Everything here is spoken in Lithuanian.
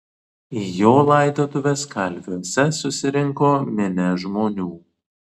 į jo laidotuves kalviuose susirinko minia žmonių